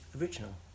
original